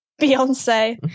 Beyonce